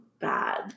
bad